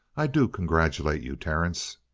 i do congratulate you, terence!